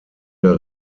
der